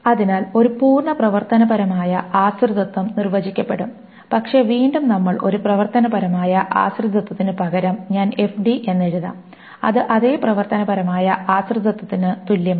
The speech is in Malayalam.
അതിനാൽ ഒരു പൂർണ്ണ പ്രവർത്തനപരമായ ആശ്രിതത്വം നിർവ്വചിക്കപ്പെടും പക്ഷേ വീണ്ടും നമ്മൾ ഒരു പ്രവർത്തനപരമായ ആശ്രിതത്വത്തിന് പകരം ഞാൻ FD എന്ന് എഴുതാം അത് അതേ പ്രവർത്തനപരമായ ആശ്രിതത്വത്തിന് തുല്യമാണ്